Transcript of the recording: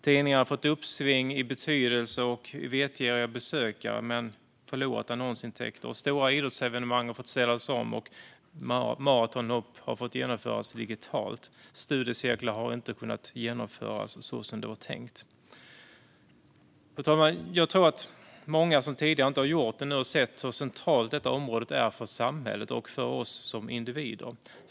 Tidningarna har fått ett uppsving i betydelse och antalet vetgiriga hemsidebesökare men förlorat annonsintäkter. Stora idrottsarrangemang har fått ställas om, och maratonlopp har fått genomföras digitalt. Studiecirklar har inte kunnat genomföras som det var tänkt. Fru talman! Jag tror att många som tidigare inte har gjort det nu har sett hur centralt detta område är för samhället och för oss som individer.